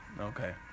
Okay